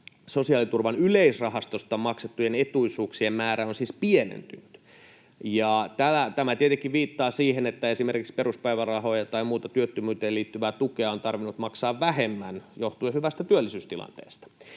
Sosiaaliturvan yleisrahastosta maksettujen etuisuuksien määrä on siis pienentynyt. Tämä tietenkin viittaa siihen, että esimerkiksi peruspäivärahoja tai muuta työttömyyteen liittyvää tukea on tarvinnut maksaa vähemmän johtuen hyvästä työllisyystilanteesta.